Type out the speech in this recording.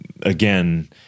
again